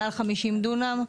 מעל 50 דונם.